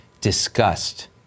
disgust